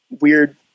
weird